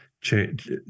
change